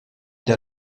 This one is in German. der